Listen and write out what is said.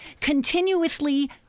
continuously